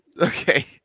Okay